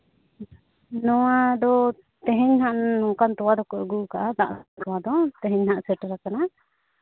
ᱱᱚᱣᱟ ᱫᱚ ᱛᱮᱦᱮᱧ ᱦᱟᱸᱜ ᱱᱚᱝᱠᱟᱱ ᱛᱚᱣᱟ ᱫᱚᱠᱚ ᱟᱹᱜᱩ ᱟᱠᱟᱫᱼᱟ ᱫᱟᱜ ᱛᱚᱣᱟ ᱫᱚ ᱛᱮᱦᱮᱧ ᱦᱟᱸᱜ ᱥᱮᱴᱮᱨᱟᱠᱟᱱᱟ